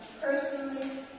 personally